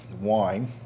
wine